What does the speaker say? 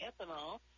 ethanol